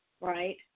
right